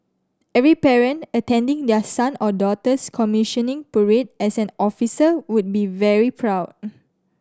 every parent attending their son or daughter's commissioning parade as an officer would be very proud